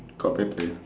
got people